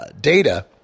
data